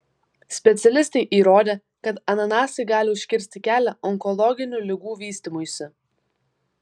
specialistai įrodė kad ananasai gali užkirsti kelią onkologinių ligų vystymuisi